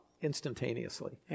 instantaneously